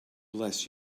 bless